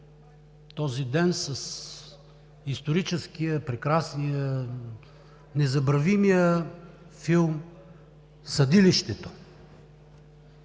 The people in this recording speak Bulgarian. този ден с историческия, прекрасния, незабравимия филм „Съдилището“.